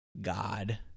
God